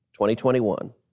2021